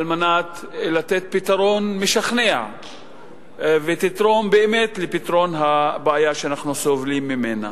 על מנת לתת פתרון משכנע ולתרום באמת לפתרון הבעיה שאנחנו סובלים ממנה.